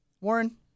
Warren